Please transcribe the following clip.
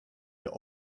der